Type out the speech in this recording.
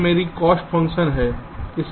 यह मेरी cost function है